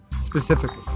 specifically